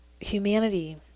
humanity